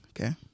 Okay